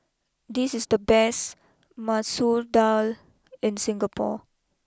this is the best Masoor Dal in Singapore